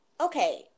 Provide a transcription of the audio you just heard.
Okay